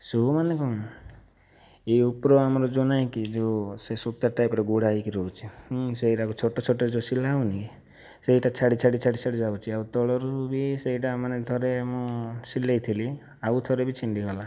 ଶୁ' ମାନେ କ'ଣ ଏ ଉପରୁ ଆମର ଯେଉଁ ନାଇଁ କି ଯେଉଁ ସେ ସୁତା ଟାଇପ୍ର ଗୁଡ଼ାହେଇକି ରହୁଛି ସେଇଗୁଡ଼ାକ ଯେଉଁ ଛୋଟ ଛୋଟ ଯେଉଁ ସିଲା ହେଉନିକି ସେଇଟା ଛାଡ଼ି ଛାଡ଼ି ଛାଡ଼ି ଛାଡ଼ି ଯାଉଛି ଆଉ ତଳରୁ ବି ସେଇଟା ମାନେ ଥରେ ମୁଁ ସିଲେଇଥିଲି ଆଉ ଥରେ ବି ଛିଣ୍ଡି ଗଲା